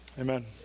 Amen